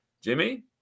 Jimmy